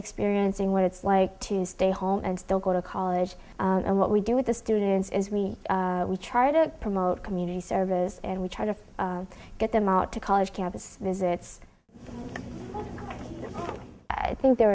experiencing what it's like to stay home and still go to college and what we do with the students is we we try to promote community service and we try to get them out to college campus visits i think there